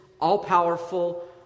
all-powerful